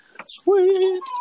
Sweet